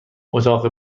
اتاق